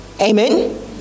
Amen